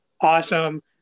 awesome